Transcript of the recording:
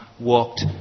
walked